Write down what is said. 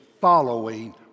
following